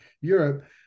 Europe